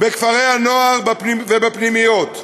בכפרי-הנוער ובפנימיות.